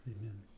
Amen